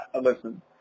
listen